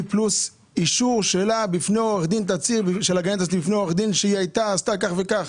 פלוס אישור על תצהיר של הגננת בפני עורך דין שהיא עשתה כך וכך.